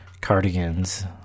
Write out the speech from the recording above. cardigans